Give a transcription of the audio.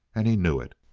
and he knew it.